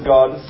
God